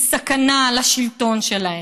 היא סכנה לשלטון שלהם,